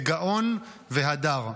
בגאון והדר.